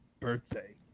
birthday